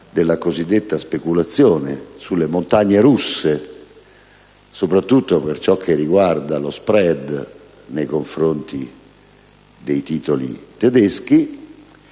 della cosiddetta speculazione, sulle montagne russe, soprattutto per ciò che riguarda lo *spread* nei confronti dei titoli tedeschi,